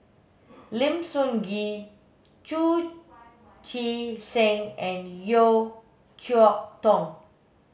Lim Sun Gee Chu Chee Seng and Yeo Cheow Tong